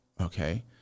okay